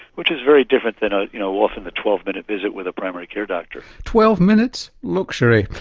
which is very different than ah you know often the twelve minute visit with a primary care doctor. twelve minutes luxury.